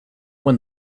when